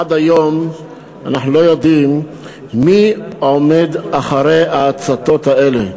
עד היום אנחנו לא יודעים מי עומד מאחורי ההצתות האלה.